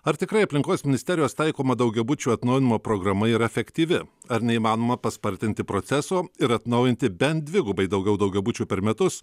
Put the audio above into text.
ar tikrai aplinkos ministerijos taikoma daugiabučių atnaujinimo programa yra efektyvi ar neįmanoma paspartinti proceso ir atnaujinti bent dvigubai daugiau daugiabučių per metus